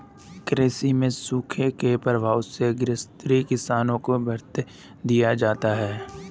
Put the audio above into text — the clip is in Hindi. कृषि में सूखे के प्रभाव से ग्रसित किसानों को भत्ता दिया जाता है